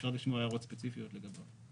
אפשר לשמוע הערות ספציפיות לגביו.